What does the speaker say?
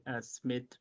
Smith